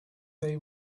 they